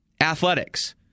athletics